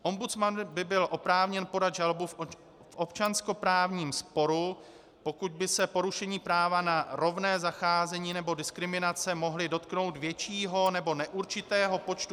Ombudsman by byl oprávněn podat žalobu v občanskoprávním sporu, pokud by se porušení práva na rovné zacházení nebo diskriminace mohly dotknout většího nebo neurčitého počtu